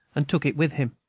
and took it with him.